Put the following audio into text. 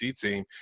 team